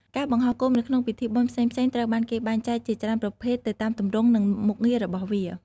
ការបង្ហោះគោមនៅក្នុងពិធីបុណ្យផ្សេងៗត្រូវបានគេបែងចែកជាច្រើនប្រភេទទៅតាមទម្រង់ និងមុខងាររបស់វា។